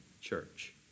church